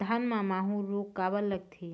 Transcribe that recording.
धान म माहू रोग काबर लगथे?